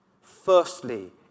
firstly